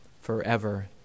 forever